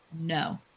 No